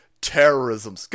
terrorism